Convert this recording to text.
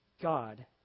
God